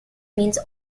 means